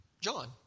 John